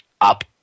up